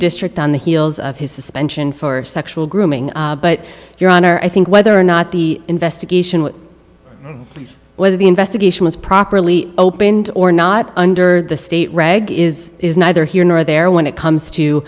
district on the heels of his suspension for sexual grooming but your honor i think whether or not the investigation whether the investigation was properly opened or not under the state reg is neither here nor there when it comes